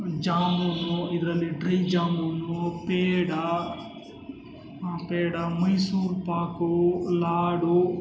ಜಾಮೂನು ಇದರಲ್ಲಿ ಡ್ರೈ ಜಾಮೂನೂ ಪೇಡಾ ಪೇಡ ಮೈಸೂರುಪಾಕೂ ಲಾಡು